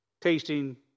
tasting